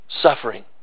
suffering